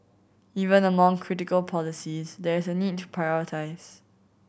even among critical policies there is a need to prioritise